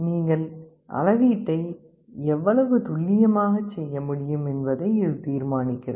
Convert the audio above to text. நீங்கள் அளவீட்டை எவ்வளவு துல்லியமாக செய்ய முடியும் என்பதை இது தீர்மானிக்கிறது